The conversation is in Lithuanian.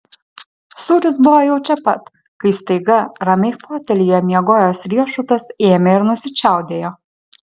sūris buvo jau čia pat kai staiga ramiai fotelyje miegojęs riešutas ėmė ir nusičiaudėjo